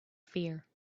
fear